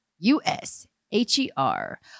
U-S-H-E-R